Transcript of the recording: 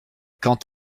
quant